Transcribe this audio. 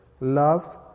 Love